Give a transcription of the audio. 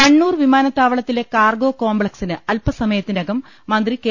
കണ്ണൂർ വിമാനത്താവളത്തിലെ കാർഗോ കോംപ്തക്സിന് അൽപ്പസമയത്തിനകം മന്ത്രി കെ